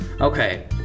Okay